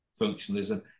functionalism